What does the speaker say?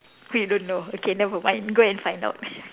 you don't know okay never mind you go and find out